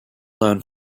learn